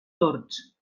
tords